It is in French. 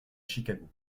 chicago